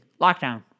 Lockdown